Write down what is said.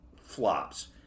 flops